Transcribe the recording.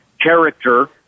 character